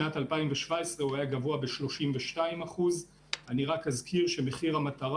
ענף החלב.) אני ממשיך קדימה ומדבר על תחום מחירי המטרה